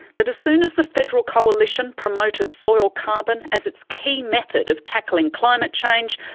that as soon as the federal coalition promoted soil carbon as its key method of tackling climate change,